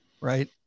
right